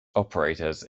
operators